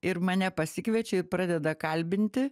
ir mane pasikviečia ir pradeda kalbinti